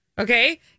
Okay